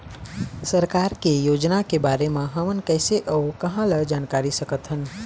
सरकार के योजना के बारे म हमन कैसे अऊ कहां ल जानकारी सकथन?